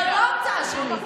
זאת לא המצאה שלי.